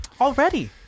Already